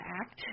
act